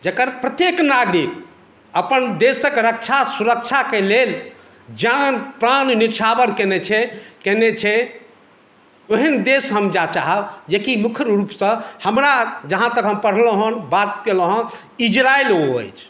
जेकर प्रत्येक नागरिक अपन देशक रक्षा सुरक्षाके लेल जान प्राण न्यौछावर कयने छै ओहन देश हम जाय चाहब जेकि मुख्य रूपसँ हमरा जहाँ तक हम पढ़लहुँ हैं बात केलहुँ हैं इजरायल ओ अछि